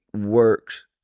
works